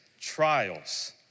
trials